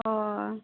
अ